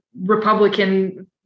Republican